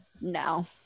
no